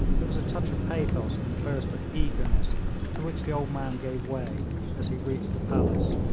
there was a touch of pathos in the burst of eagerness to which the old man gave way as he reached the palace,